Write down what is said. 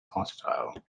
hostile